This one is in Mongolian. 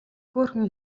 хөөрхөн